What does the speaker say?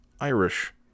Irish